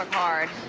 hard.